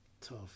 tough